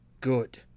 good